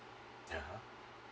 (uh huh)